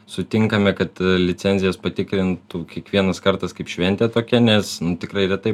sutinkame kad licencijas patikrintų kiekvienas kartas kaip šventė tokia nes tikrai retai